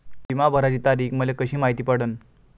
बिमा भराची तारीख मले कशी मायती पडन?